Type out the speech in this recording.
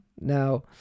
Now